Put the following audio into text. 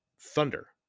thunder